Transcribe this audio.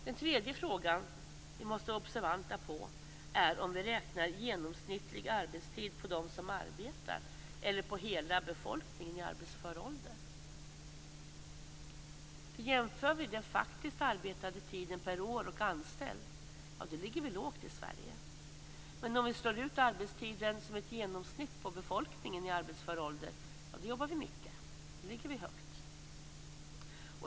Den tredje frågan som vi måste vara observanta på är om vi räknar genomsnittlig arbetstid på dem som arbetar eller på hela befolkningen i arbetsför ålder. Om vi jämför den faktiskt arbetade tiden per år och anställd ligger vi lågt i Sverige. Men om vi slår ut arbetstiden som ett genomsnitt på befolkningen i arbetsför ålder då jobbar vi mycket och ligger högt.